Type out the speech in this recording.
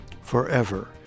forever